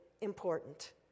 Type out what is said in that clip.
important